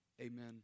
Amen